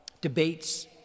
debates